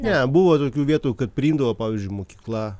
ne buvo tokių vietų kad priimdavo pavyzdžiui mokykla